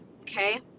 okay